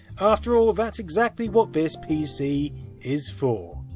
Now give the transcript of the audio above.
after all, that's exactly what this pc is for.